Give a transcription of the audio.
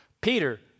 Peter